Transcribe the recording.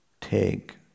take